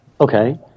Okay